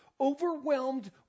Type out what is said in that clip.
overwhelmed